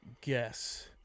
guess